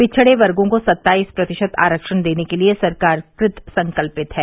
पिछड़े वर्गो को सत्ताईस प्रतिशत आरक्षण देने के लिये सरकार कृत संकल्पित है